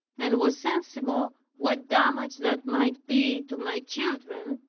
and was sensible what damage that might be to my children.